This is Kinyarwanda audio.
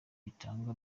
itanga